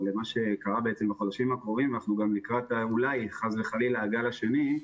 או מה שקרה בחודשים האחרונים וגם לקראת הגל השני.